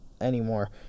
anymore